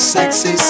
Sexy